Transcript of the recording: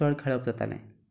चड खेळप जातालें